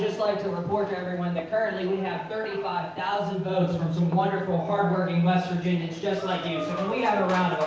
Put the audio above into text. just like to report to everyone that currently we have thirty five thousand votes from some wonderful, hardworking west virginians just like you. so can we have a round